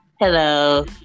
Hello